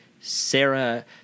Sarah